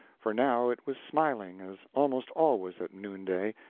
for now it was smiling, as almost always at noonday,